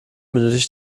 benötigt